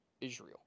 Israel